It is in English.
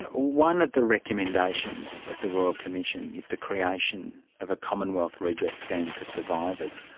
one of the recommendations of the royal commission is the creation of a commonwealth redress scheme for survivors.